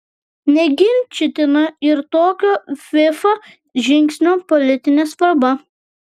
neginčytina ir tokio fifa žingsnio politinė svarba